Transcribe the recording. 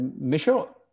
Michel